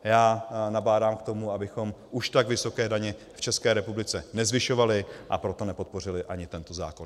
Já nabádám k tomu, abychom už tak vysoké daně v České republice nezvyšovali, a proto nepodpořili ani tento zákon.